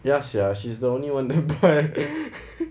yes sia she's the only one that buy